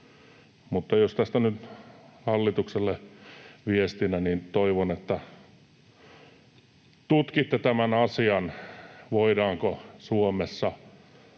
Mutta tästä nyt hallitukselle viestinä toivon sitä, että tutkitte tämän asian, voidaanko Suomessa